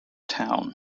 town